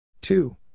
two